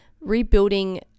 rebuilding